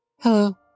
Hello